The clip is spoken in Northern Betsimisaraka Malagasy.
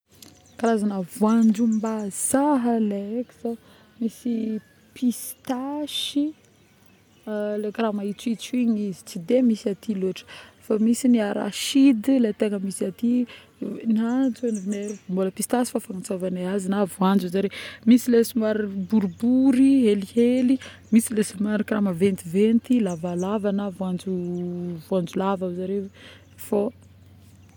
Karazagna voanjom-bazaha le haiky fe, misy pistache le karaha maitsoitso Igny izy tsy de misy aty lôtra fa misy ny arachide.yy le tegna misy aty na mbola pistache fô fagnatsovagnay azy na voanjy on njare, misy le somary boribory helihely, misy le somary karaha maventivety lavalava na voanjo voanjolava ozinjare fô..